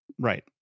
right